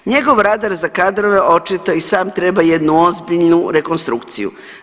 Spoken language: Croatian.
Njegov radar za kadrove očito i sam treba jednu ozbiljnu rekonstrukciju.